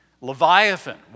Leviathan